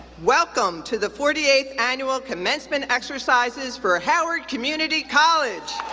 welcome to the forty eighth annual commencement exercises for howard community college!